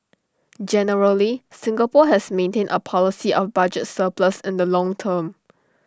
generally Singapore has maintained A policy of budget surplus in the long term